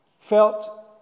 felt